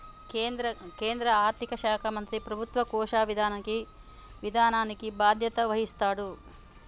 కేంద్ర ఆర్థిక శాఖ మంత్రి ప్రభుత్వ కోశ విధానానికి బాధ్యత వహిస్తాడు